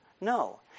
no